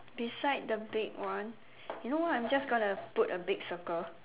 beside the big one you know what I'm just gonna put a big circle